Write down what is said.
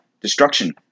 Destruction